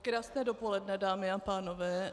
Krásné dopoledne, dámy a pánové.